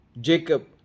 Jacob